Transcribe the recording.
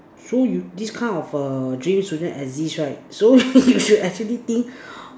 so you this kind of err J E student exist right so you should actually think